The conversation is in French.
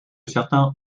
certains